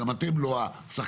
אבל אנחנו לא רוצים